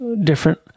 different